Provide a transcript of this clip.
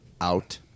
Out